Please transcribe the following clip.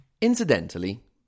Incidentally